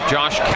Josh